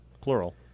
Plural